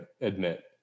admit